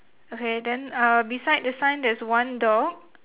okay then uh beside the sign there's one dog